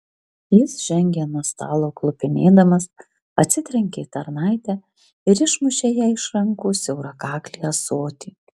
jis žengė nuo stalo klupinėdamas atsitrenkė į tarnaitę ir išmušė jai iš rankų siaurakaklį ąsotį